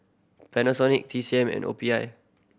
Panasonic T C M and O P I